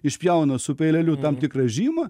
išpjauna su peileliu tam tikrą žymą